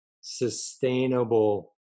sustainable